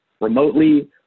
remotely